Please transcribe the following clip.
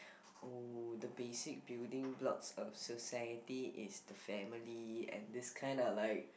oh the basic building blocks of society is the family and this kind of like